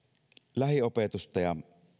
lähiopetusta ja